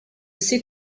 ces